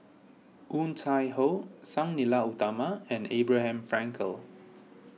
Woon Tai Ho Sang Nila Utama and Abraham Frankel